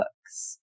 books